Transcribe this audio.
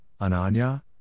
Ananya